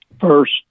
first